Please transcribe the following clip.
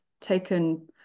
taken